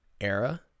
era